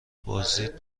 بازدید